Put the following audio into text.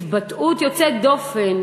התבטאות יוצאת דופן